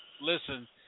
listen